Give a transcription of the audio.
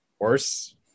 worse